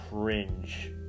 cringe